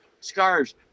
scarves